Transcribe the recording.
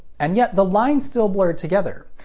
and yet, the lines still blur together.